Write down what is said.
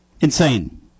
Insane